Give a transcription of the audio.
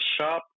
shop